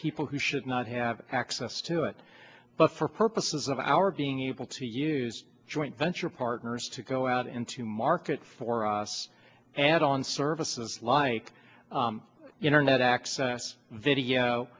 people who should not have access to it but for purposes of our being able to use joint venture partners to go out into market for us and on services like internet access video